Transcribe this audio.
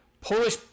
polish